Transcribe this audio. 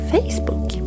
Facebook